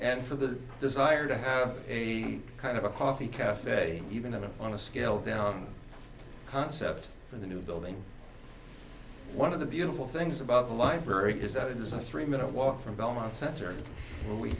and for the desire to have a kind of a coffee cafe even in a on a scaled down concept for the new building one of the beautiful things about the library is that it is a three minute walk from belmont cen